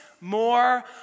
more